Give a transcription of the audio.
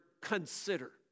consider